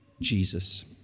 Jesus